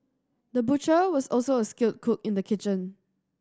the butcher was also a skilled cook in the kitchen